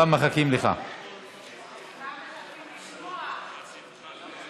אתה יכול להגיב גם על הממ"דים.